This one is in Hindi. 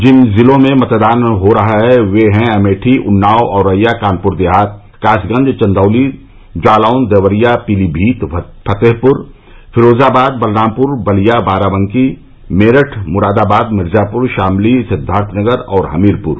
जिन जिलों में मतदान हो रहा है वे हैं अमेठी उन्नाव औरैया कानपुर देहात कासगंज चन्दौली जालौन देवरिया पीलीभत फतेहपुर फिरोजाबाद बलरामपुर बलिया बाराबंकी मेरठ मुरदाबाद मिर्जापुर शामली सिद्दार्थनगर और हमीरपुर